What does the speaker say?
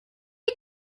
you